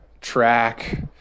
track